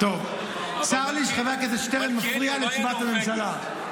צר לי שחבר הכנסת מפריע לתשובת הממשלה.